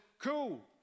cool